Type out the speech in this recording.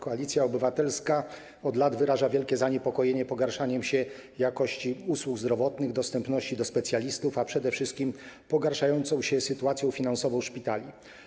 Koalicja Obywatelska od lat wyraża wielkie zaniepokojenie pogarszaniem się jakości usług zdrowotnych, dostępności specjalistów, a przede wszystkim pogarszającą się sytuacją finansową szpitali.